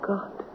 God